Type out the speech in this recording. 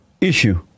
issue